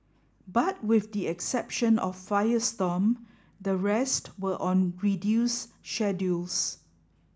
but with the exception of firestorm the rest were on reduced schedules